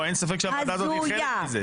לא, אין ספק שהוועדה הזאת היא חלק מזה.